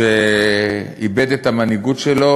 כשאיבד את המנהיגות שלו,